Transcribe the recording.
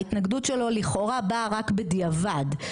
ההתנגדות שלו לכאורה באה רק בדיעבד,